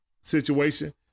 situation